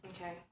Okay